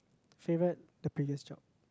favourite the previous job